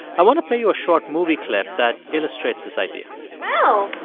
i want to play you a short movie clip that illustrates this idea well,